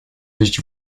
jeść